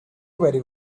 very